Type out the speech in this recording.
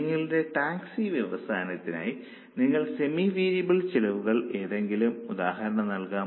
നമ്മളുടെ ടാക്സി വ്യവസായത്തിനായി നിങ്ങൾക്ക് സെമി വേരിയബിൾ ചെലവുകളുടെ ഏതെങ്കിലും ഉദാഹരണം നല്കാമോ